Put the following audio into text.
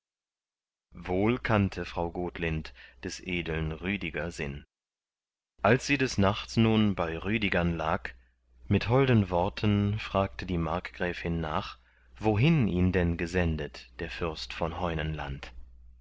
wohl kannte frau gotlind des edeln rüdiger sinn als sie des nachts nun bei rüdigern lag mit holden worten fragte die markgräfin nach wohin ihn denn gesendet der fürst von